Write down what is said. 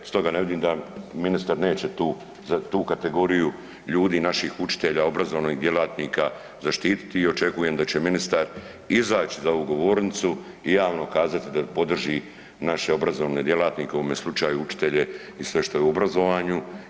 Stoga ne vidim da ministar neće tu, za tu kategoriju ljudi naših učitelja, obrazovnih djelatnika, zaštititi i očekujem da će ministar izać za ovu govornicu i javno kazati da podrži naše obrazovne djelatnike, u ovome slučaju učitelje i sve šta je u obrazovanju.